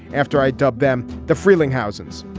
after i'd dub them the freeling houses,